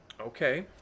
Okay